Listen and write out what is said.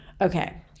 Okay